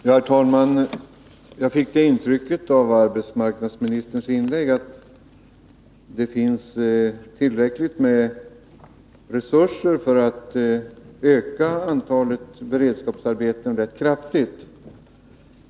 Herr talman! Jag fick det intrycket av arbetsmarknadsministerns inlägg att det finns tillräckligt med resurser för att öka antalet beredskapsarbeten rätt kraftigt.